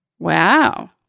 Wow